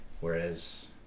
Whereas